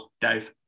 Dave